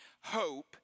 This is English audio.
hope